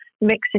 mixing